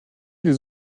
des